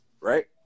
Right